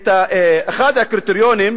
אחד הקריטריונים: